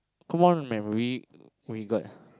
come on man we we got